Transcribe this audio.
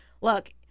look